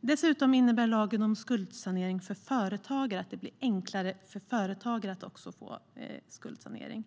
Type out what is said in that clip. Dessutom innebär lagen om skuldsanering för företagare att det blir enklare för företagare att få skuldsanering.